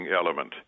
element